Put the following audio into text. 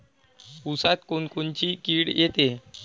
ऊसात कोनकोनची किड येते?